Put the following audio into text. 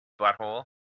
butthole